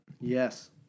Yes